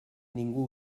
ningú